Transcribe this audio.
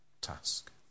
task